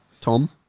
Tom